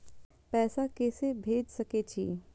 पैसा के से भेज सके छी?